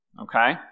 Okay